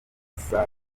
saga